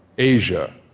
asia,